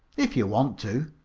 if you want to,